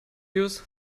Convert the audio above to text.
yours